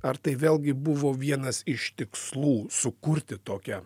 ar tai vėlgi buvo vienas iš tikslų sukurti tokią